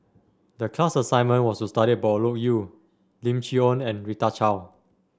the class assignment was to study about Loke Yew Lim Chee Onn and Rita Chao